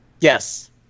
Yes